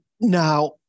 Now